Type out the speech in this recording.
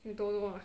you don't know ah